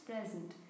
present